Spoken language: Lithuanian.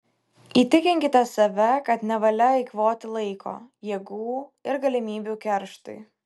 įtikinkite save kad nevalia eikvoti laiko jėgų ir galimybių kerštui